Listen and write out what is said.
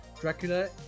Dracula